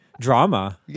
Drama